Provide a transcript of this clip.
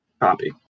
Copy